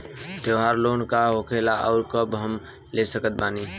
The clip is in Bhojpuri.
त्योहार लोन का होखेला आउर कब हम ले सकत बानी?